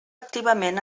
activament